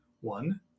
one